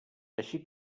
així